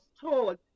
told